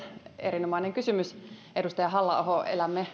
erinomainen kysymys edustaja halla aho elämme